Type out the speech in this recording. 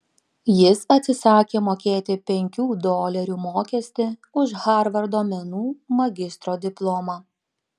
jis atsisakė mokėti penkių dolerių mokestį už harvardo menų magistro diplomą